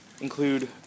include